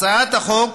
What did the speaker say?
הצעת החוק